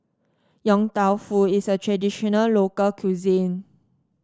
Yong Tau Foo is a traditional local cuisine